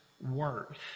worth